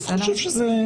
בסדר.